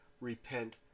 Repent